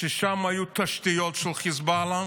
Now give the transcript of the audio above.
ששם היו תשתיות של חיזבאללה,